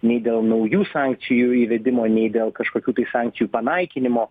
nei dėl naujų sankcijų įvedimo nei dėl kažkokių tai sankcijų panaikinimo